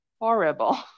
horrible